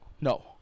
No